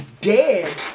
dead